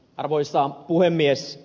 arvoisa puhemies